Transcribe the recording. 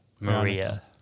Maria